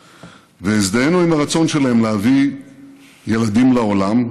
והזדהינו עם הרצון שלהם להביא ילדים לעולם,